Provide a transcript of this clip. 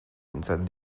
inside